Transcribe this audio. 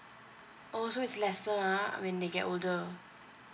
oh so is lesser ah when they get older